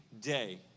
day